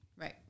Right